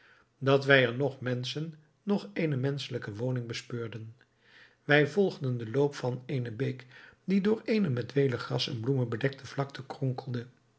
dat wij er noch menschen noch eenige menschelijke woning bespeurden wij volgden den loop van eene beek die door eene met welig gras en bloemen bedekte vlakte